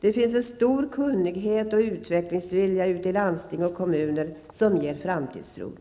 Det finns stor kunnighet och utvecklingsvilja ute i landsting och kommuner, vilket ger framtidstro.